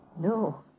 No